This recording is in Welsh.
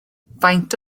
faint